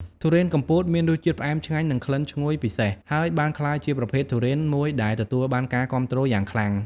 ទុរេនកំពតមានរសជាតិផ្អែមឆ្ងាញ់ និងក្លិនឈ្ងុយពិសេស ហើយបានក្លាយជាប្រភេទទុរេនមួយដែលទទួលបានការគាំទ្រយ៉ាងខ្លាំង។